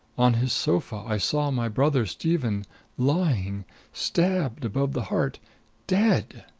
on his sofa i saw my brother stephen lying stabbed above the heart dead!